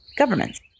governments